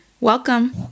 Welcome